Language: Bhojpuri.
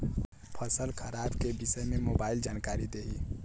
फसल खराब के विषय में मोबाइल जानकारी देही